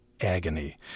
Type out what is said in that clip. agony